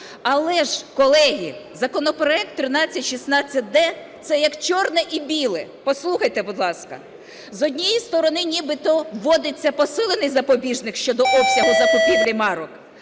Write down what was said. Але ж, колеги, законопроект 1316-д – це як чорне і біле. Послухайте, будь ласка. З однієї сторони нібито вводиться посилений запобіжник щодо обсягу закупівлі марок.